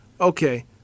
okay